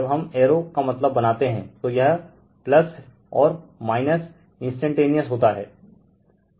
जब हम एरो का मतलब बनाते हैं तो यह और इंस्टेंटेनिअस होता हैं